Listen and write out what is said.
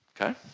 Okay